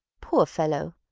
poor fellow!